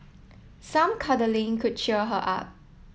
some cuddling could cheer her up